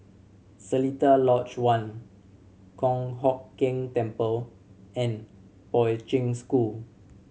Seletar Lodge One Kong Hock Keng Temple and Poi Ching School